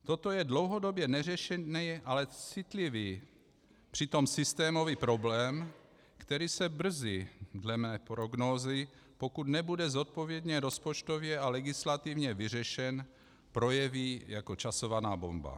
Toto je dlouhodobě neřešený, ale citlivý, přitom systémový problém, který se brzy dle mé prognózy, pokud nebude zodpovědně rozpočtově a legislativně vyřešen, projeví jako časovaná bomba.